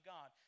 God